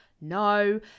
No